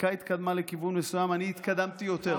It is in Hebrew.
הפסיקה התקדמה לכיוון מסוים, אני התקדמתי יותר.